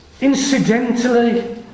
incidentally